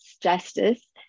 justice